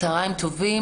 צהריים טובים.